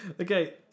Okay